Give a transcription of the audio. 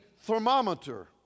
thermometer